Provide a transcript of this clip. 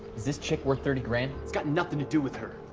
this chick worth thirty grand? it's got nothing to do with her.